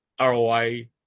ROI